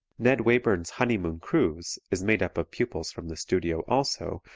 ned wayburn's honeymoon cruise is made up of pupils from the studio, also,